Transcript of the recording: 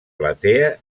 platea